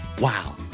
Wow